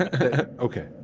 Okay